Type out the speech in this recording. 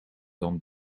dan